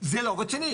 זה לא רציני.